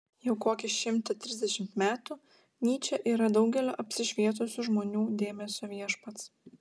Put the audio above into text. jau kokį šimtą trisdešimt metų nyčė yra daugelio apsišvietusių žmonių dėmesio viešpats